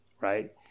Right